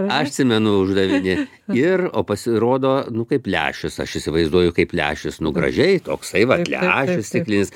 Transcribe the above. aš atsimenu uždavinį ir o pasirodo nu kaip lęšius aš įsivaizduoju kaip lęšis nu gražiai toksai vat lęšis stiklinis